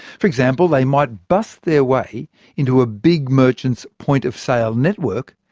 for example, they might bust their way into a big merchant's point-of-sale network,